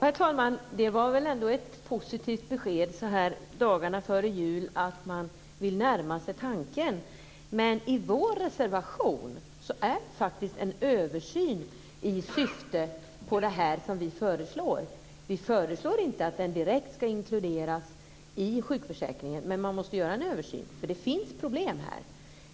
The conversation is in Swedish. Herr talman! Det var väl ändå ett positivt besked så här dagarna före jul, att man vill närma sig tanken. Men ett syfte med vår reservation är faktiskt att få till stånd en översyn. Vi föreslår inte att tandvården direkt ska inkluderas i sjukförsäkringen, men man måste göra en översyn, för det finns problem här.